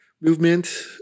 movement